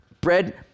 bread